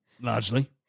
largely